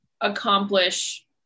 accomplish